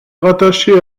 rattachée